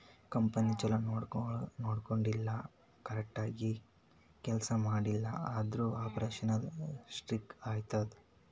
company ಛಲೋ ನೊಡ್ಕೊಂಡಿಲ್ಲ, correct ಆಗಿ ಕೆಲ್ಸಾ ಮಾಡ್ತಿಲ್ಲ ಅಂದುರ್ ಆಪರೇಷನಲ್ ರಿಸ್ಕ್ ಆತ್ತುದ್